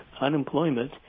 unemployment